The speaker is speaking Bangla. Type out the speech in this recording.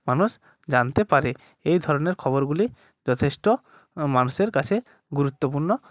মানুষ জানতে পারে এই ধরনের খবরগুলি যথেষ্ট মানুষের কাছে গুরুত্বপূর্ণ